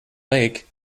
lake